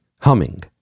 humming